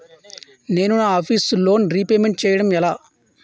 నేను నా office loan repayment చేయడం ఎలా?